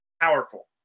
powerful